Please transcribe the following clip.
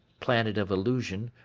planet of illusion,